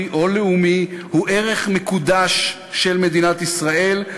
או לאומי הוא ערך מקודש של מדינת ישראל,